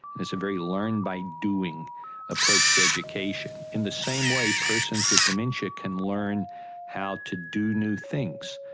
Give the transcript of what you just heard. it's a very learn-by-doing approach to education. in the same way, persons with dementia can learn how to do new things.